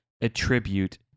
attribute